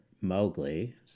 Mowgli